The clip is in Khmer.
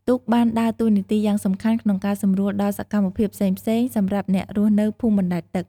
ទូកបានដើរតួនាទីយ៉ាងសំខាន់ក្នុងការសម្រួលដល់សកម្មភាពផ្សេងៗសម្រាប់អ្នករស់នៅភូមិបណ្ដែតទឹក។